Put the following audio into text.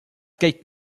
kate